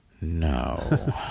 No